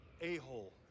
a-hole